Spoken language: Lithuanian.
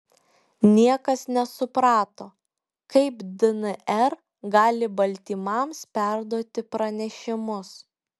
niekas nesuprato kaip dnr gali baltymams perduoti pranešimus